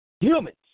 humans